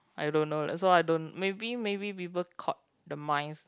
I don't know that's why I don't maybe maybe people caught the mice